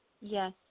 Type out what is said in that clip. Yes